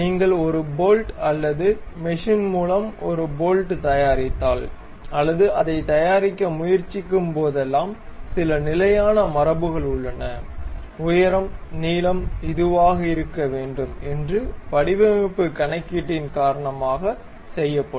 நீங்கள் ஒரு போல்ட் அல்லது மெஷின் மூலம் ஒரு போல்ட் தயாரித்தால் அல்லது அதைத் தயாரிக்க முயற்சிக்கும்போதெல்லாம் சில நிலையான மரபுகள் உள்ளன உயரம் நீளம் இதுவாக இருக்க வேண்டும் என்று வடிவமைப்பு கணக்கீட்டின் காரணமாக செய்யப்படும்